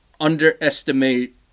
underestimate